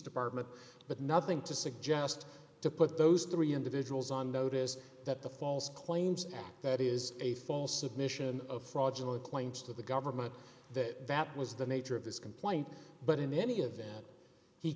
department but nothing to suggest to put those three individuals on notice that the false claims act that is a false admission of fraudulent claims to the government that that was the nature of this complaint but in any of that he